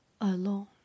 alone